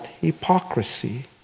hypocrisy